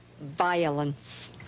violence